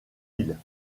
l’île